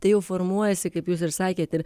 tai jau formuojasi kaip jūs ir sakėt ir